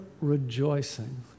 rejoicing